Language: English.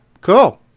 cool